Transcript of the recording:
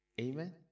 Amen